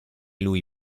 lui